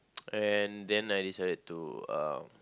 and then I decided to uh